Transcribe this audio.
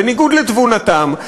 בניגוד לתבונתם.